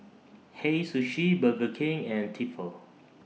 Hei Sushi Burger King and Tefal